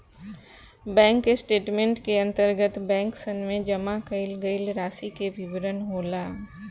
bank statement के अंतर्गत बैंकसन में जमा कईल गईल रासि के विवरण होला